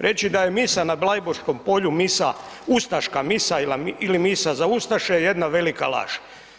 Reći da je misa na Blajburškom polju misa ustaška misa ili misa za ustaše je jedna velika laž,